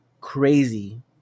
crazy